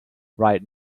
right